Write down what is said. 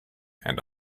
and